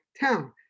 Town